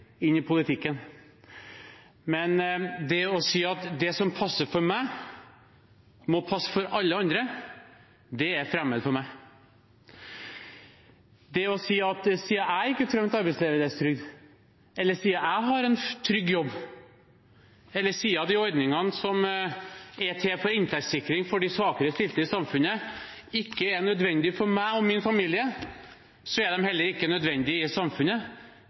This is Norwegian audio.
inn i politikken, men å si at det som passer for meg, må passe for alle andre, er fremmed for meg. Å si at siden jeg ikke trengte arbeidsledighetstrygd, eller siden jeg har en trygg jobb, eller siden de ordningene som er til for inntektssikring for de svakere stilte i samfunnet, ikke er nødvendig for meg og min familie, så er de heller ikke nødvendig i samfunnet,